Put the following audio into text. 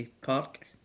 park